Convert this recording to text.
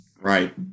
Right